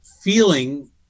feeling